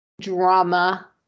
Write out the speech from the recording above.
drama